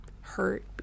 hurt